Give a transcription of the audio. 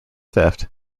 theft